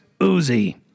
Uzi